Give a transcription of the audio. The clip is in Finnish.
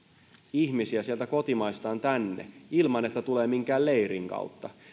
ihmisiä sieltä kotimaistaan tänne ilman että he tulevat minkään leirin kautta